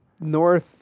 North